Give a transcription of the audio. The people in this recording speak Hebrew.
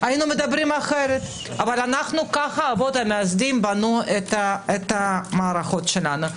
היינו מדברים אחרת אבל כך האבות המייסדים בנו את המערכות שלנו.